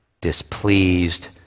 displeased